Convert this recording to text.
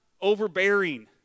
overbearing